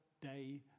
day